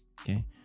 okay